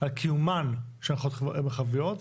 על קיומן של הנחיות מרחביות,